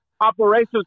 operations